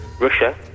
Russia